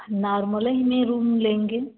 नॉर्मले ही में रूम लेंगे